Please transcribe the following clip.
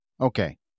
Okay